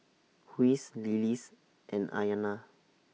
Huy's Lily's and Ayanna